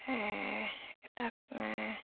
এটা